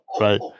right